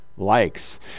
likes